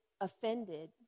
offended